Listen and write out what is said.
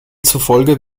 zufolge